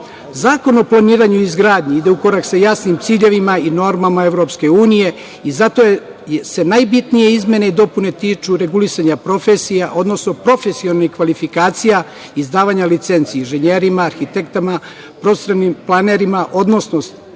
o planiranju i izgradnji ide u korak sa jasnim ciljevima, normalno EU, i zato se najbitnije izmene i dopune tiču regulisanja profesija, odnosno profesionalnih kvalifikacija i izdavanja licenci inženjerima, arhitektama, profesionalnim planerima, odnosno